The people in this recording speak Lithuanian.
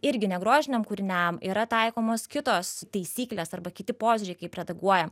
irgi ne grožiniam kūriniam yra taikomos kitos taisyklės arba kiti požiūriai kaip redaguoja